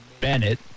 Bennett